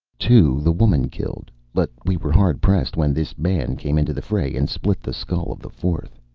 two the woman killed. but we were hard pressed when this man came into the fray and split the skull of the fourth!